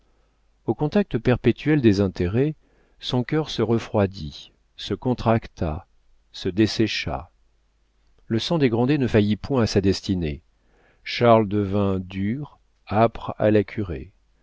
au contact perpétuel des intérêts son cœur se refroidit se contracta se dessécha le sang des grandet ne faillit point à sa destinée charles devint dur âpre à la curée